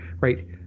right